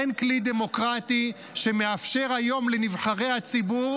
אין כלי דמוקרטי שמאפשר היום לנבחרי הציבור